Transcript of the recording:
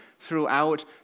throughout